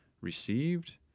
received